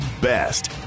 best